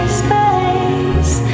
space